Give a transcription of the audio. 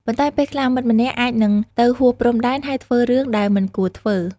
ប៉ុន្តែពេលខ្លះ មិត្តម្នាក់អាចនឹងទៅហួសព្រំដែន ហើយធ្វើរឿងដែលមិនគួរធ្វើ។